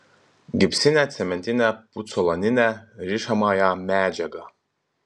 gipsinę cementinę pucolaninę rišamąją medžiagą